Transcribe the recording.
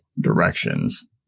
directions